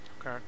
Okay